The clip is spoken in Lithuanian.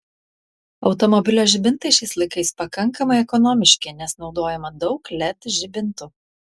automobilio žibintai šiais laikais pakankamai ekonomiški nes naudojama daug led žibintų